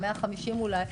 150 אולי,